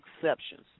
exceptions